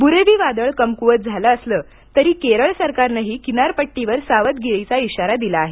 बुरेवी वादळ कमकुवत झालं असलं तरी केरळ सरकारनंही किनारपट्टीवर सावधगिरीचा इशारा दिला आहे